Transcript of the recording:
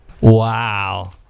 Wow